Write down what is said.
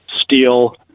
steel